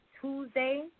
Tuesday